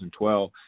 2012